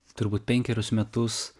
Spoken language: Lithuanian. turbūt penkerius metus